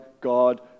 God